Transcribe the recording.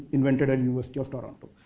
invented at university of toronto.